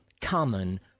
common